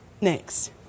next